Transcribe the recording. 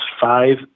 five